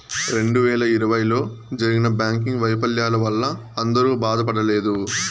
రెండు వేల ఇరవైలో జరిగిన బ్యాంకింగ్ వైఫల్యాల వల్ల అందరూ బాధపడలేదు